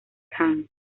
kahn